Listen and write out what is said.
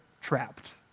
trapped